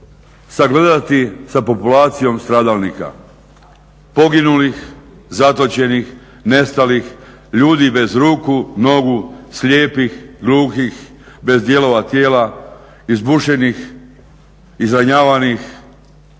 sagledati sa populacijom stradalnika, poginulih, zatočenih, nestalih, ljudi bez ruku, nogu, slijepih, gluhih, bez dijelova tijela, izbušenih, izranjavanih